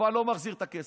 כמובן לא מחזיר את הכסף,